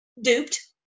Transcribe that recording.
duped